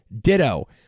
ditto